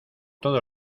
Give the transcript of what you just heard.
todo